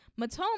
Matoma